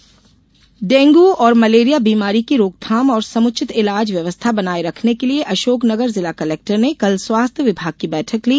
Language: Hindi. डेंगू उपचार डेंगू और मलेरिया बीमारी की रोकथाम और समुचित इलाज व्यवस्था बनाये रखने के लिए अशोक नगर जिला कलेक्टर ने कल स्वास्थ्य विभाग की बैठक ली